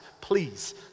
please